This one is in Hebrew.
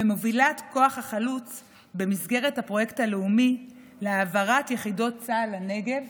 ומובילת כוח החלוץ במסגרת הפרויקט הלאומי להעברת יחידות צה"ל לנגב